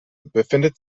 befindet